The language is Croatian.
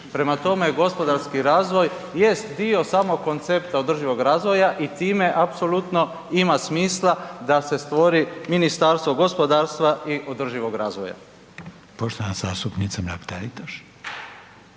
Prema tome, gospodarski razvoj jest dio samog koncepta održivog razvoja i time apsolutno ima smisla da se stvori Ministarstvo gospodarstva i održivog razvoja. **Reiner,